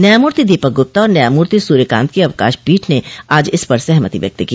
न्यायमूर्ति दोपक गुप्ता और न्यायमूर्ति सूर्यकांत की अवकाश पीठ ने आज इस पर सहमति व्यक्त की